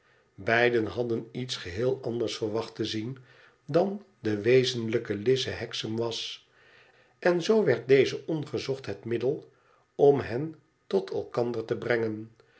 natuurlijk beidenhadden iets geheel anders verwacht te zien dan de wezenlijke lize hexam was en zoo werd deze ongezocht het middel om hen tot elkander te brengen